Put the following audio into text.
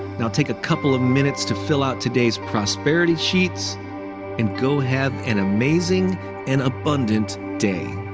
now take a couple of minutes to fill out today's prosperity sheets and go have an amazing and abundant day.